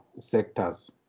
sectors